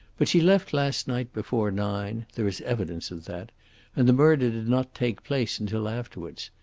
but she left last night before nine there is evidence of that and the murder did not take place until afterwards.